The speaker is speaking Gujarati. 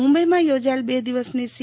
મુંબઈમાં યોજાયેલી બે દિવસની સી